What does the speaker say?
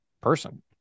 person